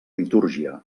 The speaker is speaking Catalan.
litúrgia